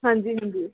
ਹਾਂਜੀ ਹਾਂਜੀ